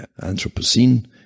Anthropocene